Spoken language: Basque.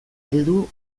heldu